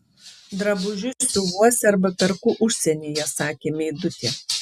drabužius siuvuosi arba perku užsienyje sakė meidutė